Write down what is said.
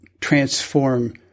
transform